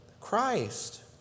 Christ